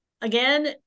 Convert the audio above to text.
again